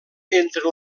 entre